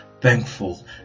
Thankful